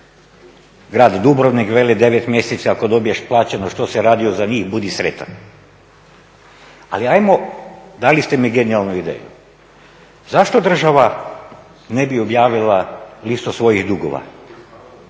Grad Dubrovnik veli 9 mjeseci ako dobiješ plaćeno što si radio za njih budi sretan. Ali ajmo, dali ste mi genijalnu ideju. Zašto država ne bi objavila listu svojih dugova?